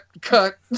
Cut